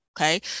okay